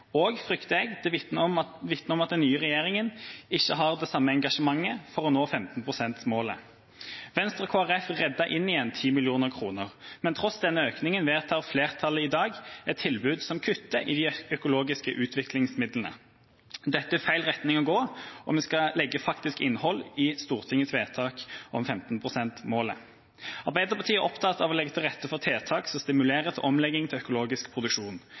– frykter jeg – det vitner om at den nye regjeringa ikke har det samme engasjementet for å nå 15 pst.-målet. Venstre og Kristelig Folkeparti reddet inn igjen 10 mill. kr, men tross denne økninga vedtar flertallet i dag et tilbud som kutter i de økologiske utviklingsmidlene. Det er feil retning å gå om vi skal legge faktisk innhold i Stortingets vedtak om 15 pst.-målet. Arbeiderpartiet er opptatt av å legge til rette for tiltak som stimulerer til omlegging til økologisk produksjon.